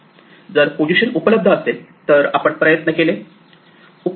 जर पोझिशन उपलब्ध असेल तर आपण प्रयत्न केले